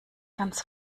ganz